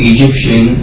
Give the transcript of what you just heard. Egyptian